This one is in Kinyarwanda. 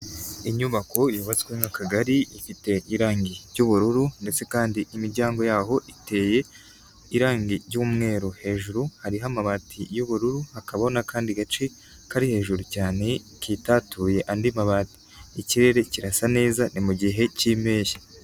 Inyubako yubatswe nk'Akagari ifite irangi ry'ubururu ndetse kandi imiryango yaho iteye irangi ry'umweru hejuru hariho amabati y'ubururu hakabaho n'akandi gace kari hejuru cyane kitatuye andi mabati, ikirere kirasa neza ni mu gihe cy'impeshyi.